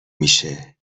میشه